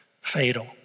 fatal